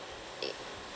e~